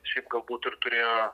šiaip galbūt ir turėjo